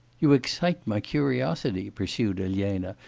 you excite my curiosity pursued elena.